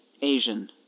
Asian